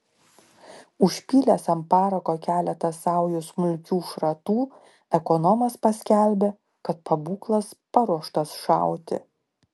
užpylęs ant parako keletą saujų smulkių šratų ekonomas paskelbė kad pabūklas paruoštas šauti